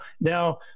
now